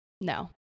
No